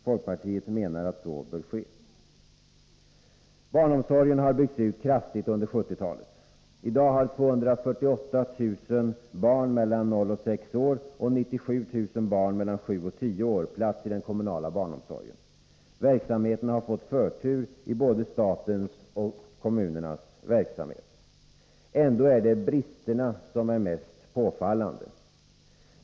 Folkpartiet tycker det bör förbättras. Barnomsorgen har byggts ut kraftigt under 1970-talet. I dag har 248 000 barn mellan noll och sex år och 97 000 barn mellan sju och tio år plats i den kommunala barnomsorgen. Verksamheten har fått förtur i både statens och kommunernas verksamhet. Ändå är det bristerna som är mest påfallande.